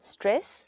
Stress